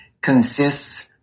consists